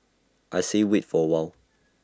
I say wait for while